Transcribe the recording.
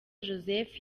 joseph